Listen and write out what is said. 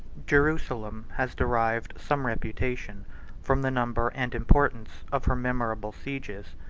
jerusalem has derived some reputation from the number and importance of her memorable sieges.